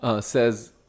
says